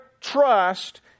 trust